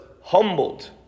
humbled